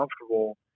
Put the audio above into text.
comfortable